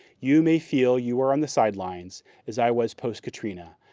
you may feel you are on the sidelines as i was post-katrina,